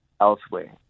elsewhere